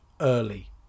early